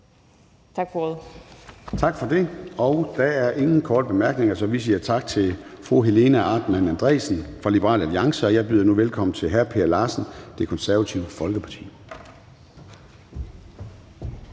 Gade): Der er ingen korte bemærkninger, så vi siger tak til fru Sólbjørg Jakobsen fra Liberal Alliance. Og jeg byder nu velkommen til hr. Per Larsen fra Det Konservative Folkeparti.